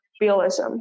realism